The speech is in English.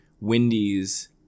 Wendy's